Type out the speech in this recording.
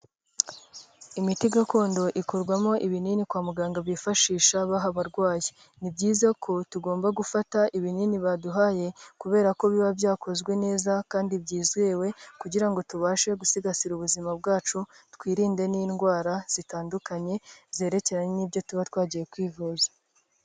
Imiti gakondo ikorwamo ibinini kwa muganga bifashisha baha abarwayi. Ni byiza ko tugomba gufata ibinini baduhaye kubera ko biba byakozwe neza kandi byizewe kugira ngo tubashe gusigasira ubuzima bwacu twirinde n'indwara zitandukanye zerekeranye n'ibyo tuba twagiye kwivuza.